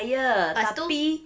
pas tu